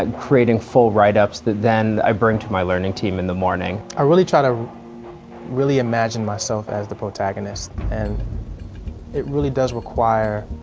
and creating full write-ups that then i bring to my learning team in the morning. i really try to really imagine myself as the protagonist. and it really does require